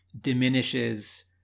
diminishes